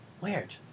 Weird